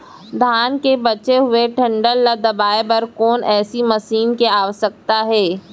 धान के बचे हुए डंठल ल दबाये बर कोन एसई मशीन के आवश्यकता हे?